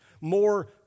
More